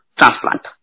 transplant